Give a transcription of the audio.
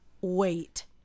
Wait